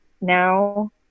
now